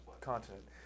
Continent